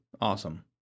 Awesome